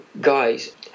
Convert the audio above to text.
Guys